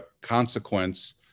consequence